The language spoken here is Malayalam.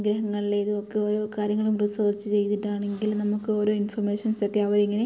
ഗ്രഹങ്ങളിലേതും ഒക്കെ ഓരോ കാര്യങ്ങളും റീസേർച്ച് ചെയ്തിട്ടാണെങ്കിലും നമുക്ക് ഓരോ ഇൻഫൊർമേഷൻസ് ഒക്കെ അവരിങ്ങനെ